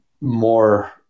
more